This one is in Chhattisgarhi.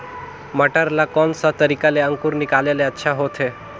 मटर ला कोन सा तरीका ले अंकुर निकाले ले अच्छा होथे?